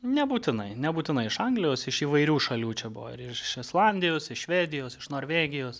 nebūtinai nebūtinai iš anglijos iš įvairių šalių čia buvo ir iš islandijos švedijos iš norvegijos